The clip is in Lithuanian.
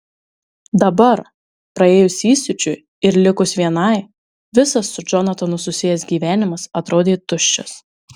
dabar praėjus įsiūčiui ir likus vienai visas su džonatanu susijęs gyvenimas atrodė tuščias